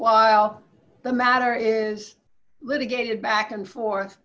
while the matter is litigated back and forth